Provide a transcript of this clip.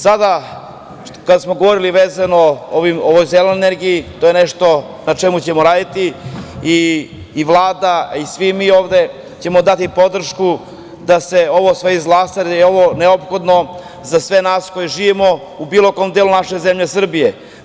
Sada, kad smo govorili vezano o ovoj zelenoj energiji, to je nešto na čemu ćemo raditi i Vlada i svi mi ovde ćemo dati podršku da se ovo sve izglasa, jer je ovo neophodno za sve nas koji živimo u bilo kom delu ove naše zemlje Srbije.